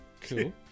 Cool